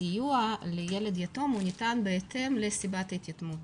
הסיוע לילד יתום ניתן בהתאם לסיבת ההתייתמות,